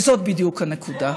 וזאת בדיוק הנקודה.